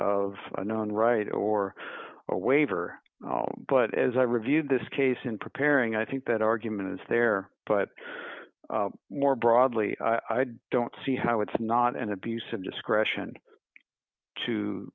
of a known right or a waiver but as i reviewed this case in preparing i think that argument is there but more broadly i don't see how it's not an abuse of discretion to